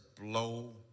blow